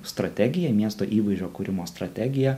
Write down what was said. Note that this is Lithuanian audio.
strategija miesto įvaizdžio kūrimo strategija